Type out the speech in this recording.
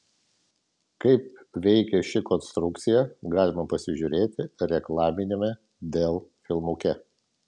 kaip veikia ši konstrukcija galima pasižiūrėti reklaminiame dell filmuke